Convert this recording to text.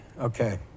Okay